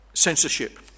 Censorship